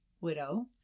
widow